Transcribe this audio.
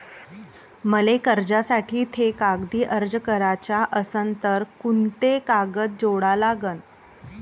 मले कर्जासाठी थे कागदी अर्ज कराचा असन तर कुंते कागद जोडा लागन?